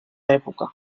època